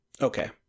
Okay